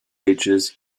ages